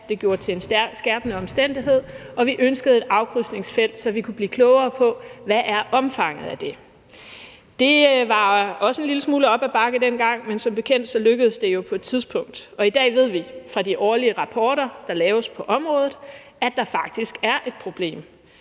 det gjort til en skærpende omstændighed, og vi ønskede et afkrydsningsfelt, så vi kunne blive klogere på, hvad omfanget af det er. Det var også en lille smule op ad bakke dengang, men som bekendt lykkedes det jo på et tidspunkt, og i dag ved vi fra de årlige rapporter, der laves på området, at der faktisk er et problem.